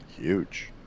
Huge